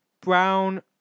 brown